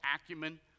acumen